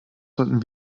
sollten